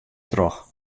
troch